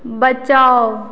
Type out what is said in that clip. बचाउ